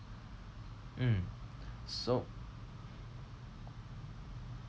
mm so